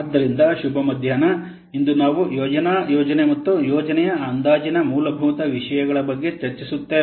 ಆದ್ದರಿಂದ ಶುಭ ಮಧ್ಯಾಹ್ನ ಇಂದು ನಾವು ಯೋಜನಾ ಯೋಜನೆ ಮತ್ತು ಯೋಜನೆಯ ಅಂದಾಜಿನ ಮೂಲಭೂತ ವಿಷಯಗಳ ಬಗ್ಗೆ ಚರ್ಚಿಸುತ್ತೇವೆ